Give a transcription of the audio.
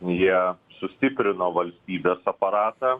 jie sustiprino valstybės aparatą